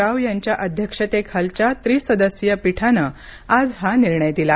राव यांच्या अध्यक्षतेखालच्या त्रिसदस्यीय पिठानं आज हा निर्णय दिला